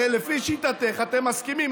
הרי לפי שיטתך אתם מסכימים.